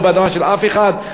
לא אדמה של אף אחד,